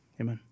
Amen